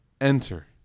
enter